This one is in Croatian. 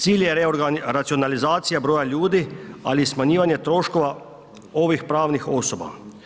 Cilj je racionalizacija broja ljudi, ali i smanjivanje troškova ovih pravnih osoba.